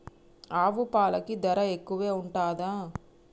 ఆవు పాలకి ధర ఎక్కువే ఉంటదా?